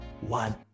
one